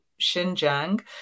Xinjiang